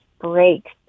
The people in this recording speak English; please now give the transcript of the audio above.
breaks